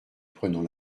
prenant